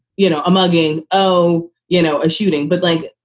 you know, a mugging. oh, you know, a shooting. but like,